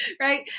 right